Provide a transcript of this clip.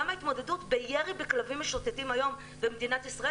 גם ההתמודדות עם ירי בכלבים משוטטים במדינת ישראל